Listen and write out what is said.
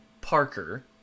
Parker